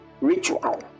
ritual